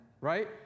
right